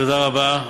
תודה רבה.